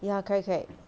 ya correct correct